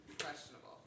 Questionable